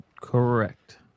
correct